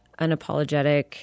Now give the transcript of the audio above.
unapologetic